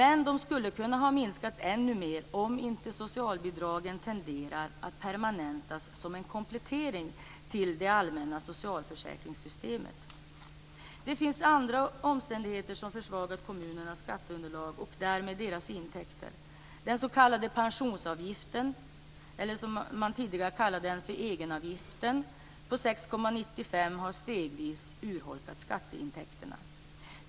Men de skulle kunna ha minskat ännu mer om inte socialbidragen tenderat att permanentas som en komplettering till det allmänna socialförsäkringssystemet. Det finns andra omständigheter som försvagat kommunernas skatteunderlag och därmed deras intäkter. Den s.k. pensionsavgiften, eller som man tidigare kallade den för, egenavgiften, på 6,95 % har stegvis urholkat skatteintäkterna.